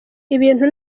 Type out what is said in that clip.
ibintu